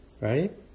right